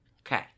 Okay